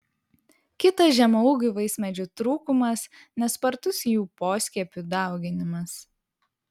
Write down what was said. kitas žemaūgių vaismedžių trūkumas nespartus jų poskiepių dauginimas